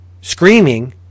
screaming